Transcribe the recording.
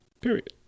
period